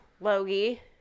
Logie